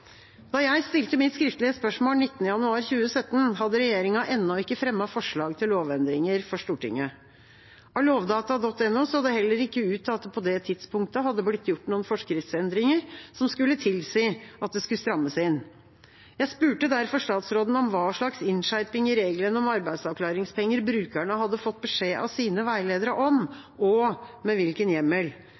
Da jeg stilte mitt skriftlige spørsmål 19. januar 2017, hadde regjeringa ennå ikke fremmet forslag til lovendringer for Stortinget. Av lovdata.no så det heller ikke ut til at det på det tidspunktet hadde blitt gjort noen forskriftsendringer som skulle tilsi at det skulle strammes inn. Jeg spurte derfor statsråden om hva slags innskjerpinger i reglene om arbeidsavklaringspenger brukerne hadde fått beskjed av sine veiledere om, og med hvilken hjemmel.